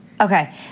Okay